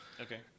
Okay